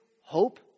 hope